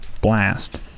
blast